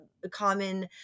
common